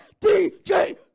DJ